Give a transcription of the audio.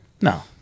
No